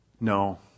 no